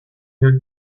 your